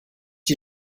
die